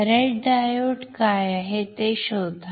red diode काय आहे ते शोधा